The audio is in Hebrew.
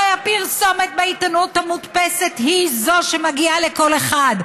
הרי הפרסומת בעיתונות המודפסת היא זו שמגיעה לכל אחד.